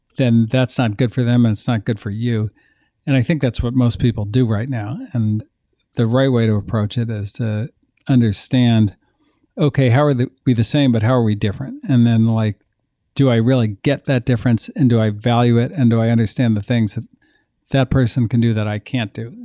then that's not good for them and it's not good for you and i think that's what most people do right now. and the right way to approach it is to understand okay, how are we the same, but how are we different? and then, like do i really get that difference and do i value it and do i understand the things that that person can do that i can't do?